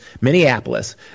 Minneapolis